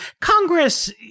Congress